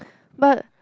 but